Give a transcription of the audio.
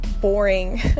boring